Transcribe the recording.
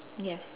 yes